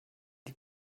die